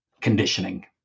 conditioning